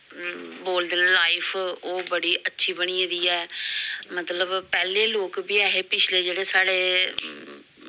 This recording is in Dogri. बोलदे लाइफ ओह् बड़ी अच्छी बनी गेदी ऐ मतलब पैह्लें लोक बी ऐ हे पिच्छले जेह्ड़े साढ़े